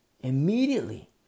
Immediately